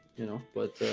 you know but ah